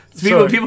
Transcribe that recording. People